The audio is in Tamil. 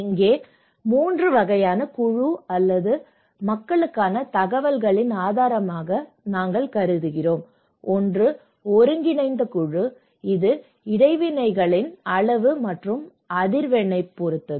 இங்கே 3 வகையான குழு அல்லது மக்களுக்கான தகவல்களின் ஆதாரமாக நாங்கள் கருதுகிறோம் ஒன்று ஒருங்கிணைந்த குழு இது இடைவினைகளின் அளவு மற்றும் அதிர்வெண்ணைப் பொறுத்தது